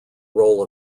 role